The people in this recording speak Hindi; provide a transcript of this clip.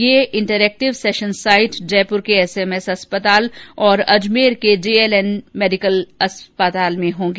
ये इंटरएक्टिव सैशन साईट जयपुर के एसएमएस अस्पताल और अजमेर के जेएलएन मेडिकल कॉलेज अस्पताल में होंगी